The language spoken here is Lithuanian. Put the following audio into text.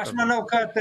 aš manau kad